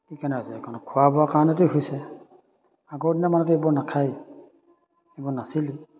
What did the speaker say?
কি কাৰণে হৈছে খোৱা বোৱাৰ কাৰণেতো হৈছে আগৰ দিনৰ মানুহতো এইবোৰ নাখায় এইবোৰ নাছিলেই